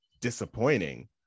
disappointing